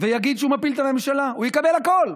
ויגיד שהוא מפיל את הממשלה, הוא יקבל הכול.